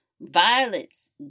violets